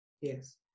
yes